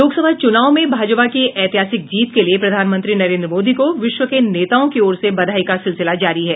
लोकसभा चुनाव में भाजपा की ऐतिहासिक जीत के लिए प्रधानमंत्री नरेन्द्र मोदी को विश्व के नेताओं की ओर से बधाई का सिलसिला जारी है